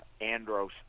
Andros